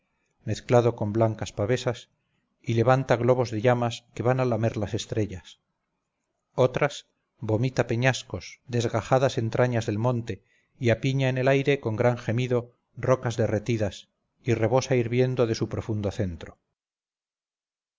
mezclado con blancas pavesas y levanta globos de llamas que van a lamer las estrellas otras vomita peñascos desgajadas entrañas del monte y apiña en el aire con gran gemido rocas derretidas y rebosa hirviendo de su profundo centro